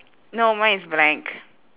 no mine is blank